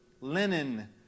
linen